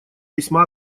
весьма